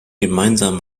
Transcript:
gemeinsamen